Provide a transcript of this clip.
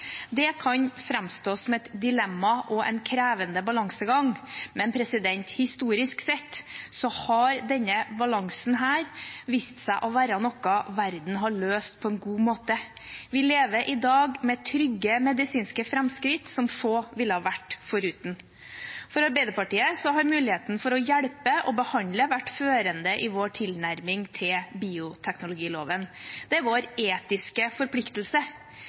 Det kan framstå som et dilemma og en krevende balansegang, men historisk sett har denne balansen vist seg å være noe verden har løst på en god måte. Vi lever i dag med trygge medisinske framskritt som få ville ha vært foruten. For Arbeiderpartiet har muligheten for å hjelpe og behandle vært førende i vår tilnærming til bioteknologiloven. Det er vår etiske forpliktelse.